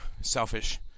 selfish